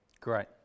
Great